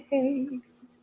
Hey